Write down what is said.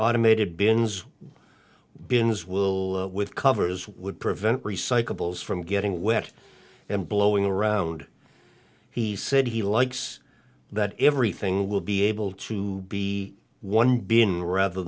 automated bins bins will with covers would prevent recyclables from getting wet and blowing around he said he likes that everything will be able to be one been rather